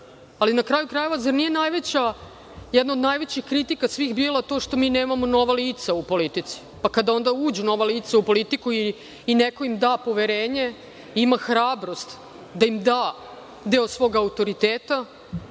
ali na kraju krajeva, zar nije jedna od najvećih kritika svih bila to što mi nemamo nova lica u politici. Kada uđu nova lica u politiku i neko im da poverenje, ima hrabrost da im da deo svog autoriteta,